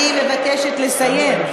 אני מבקשת לסיים.